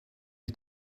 you